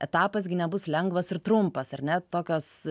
etapas nebus gi lengvas ir trumpas ar ne tokios